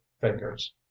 fingers